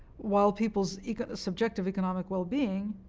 while people's subjective economic well-being